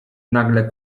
nagle